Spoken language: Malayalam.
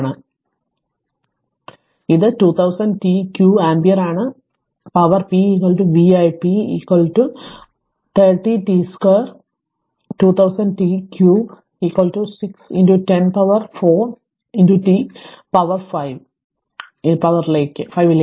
അതിനാൽ ഇത് 2000 t q ആമ്പിയർ ആണ് അതിനാൽ പവർ p vip മുപ്പത് t 2 2000 t cube 6 10 power 4 t power 5 ലേക്ക്